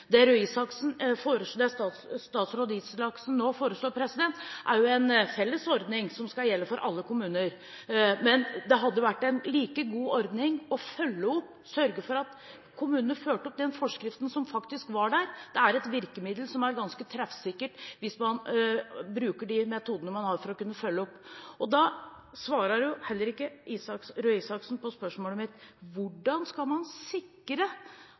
statsråd Røe Isaksen nå foreslår, er jo en felles ordning som skal gjelde for alle kommuner. Men det hadde vært en like god ordning å følge opp – sørge for at kommunene fulgte opp den forskriften som faktisk var der. Det er et virkemiddel som er ganske treffsikkert, hvis man bruker de metodene man har for å kunne følge opp. Røe Isaksen svarer heller ikke på spørsmålet mitt: Hvordan skal man sikre